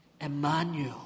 Emmanuel